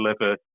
deliver